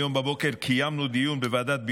היום בבוקר קיימנו דיון בוועדה לענייני